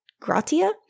gratia